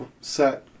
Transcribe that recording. set